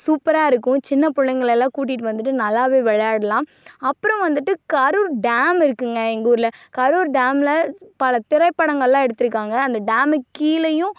சூப்பராக இருக்கும் சின்ன பிள்ளைங்களெல்லாம் கூட்டிட்டு வந்துட்டு நல்லாவே விளையாட்லாம் அப்புறம் வந்துட்டு கரூர் டேம் இருக்குதுங்க எங்கூரில் கரூர் டேமில் பல திரைப்படங்கள்லாம் எடுத்துருக்காங்க அந்த டேமுக்கு கீழேயும்